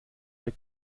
der